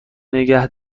نگه